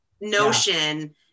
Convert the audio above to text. notion